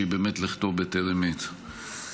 שהוא באמת לכתו בטרם עת.